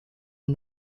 are